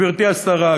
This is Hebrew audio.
גברתי השרה,